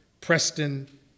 Preston